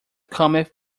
cometh